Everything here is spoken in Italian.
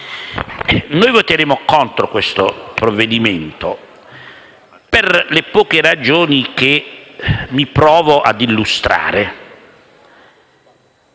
noi voteremo contro questo provvedimento per poche ragioni che provo a illustrare,